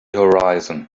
horizon